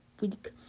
week